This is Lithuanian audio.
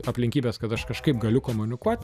aplinkybės kad aš kažkaip galiu komunikuoti